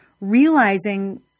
realizing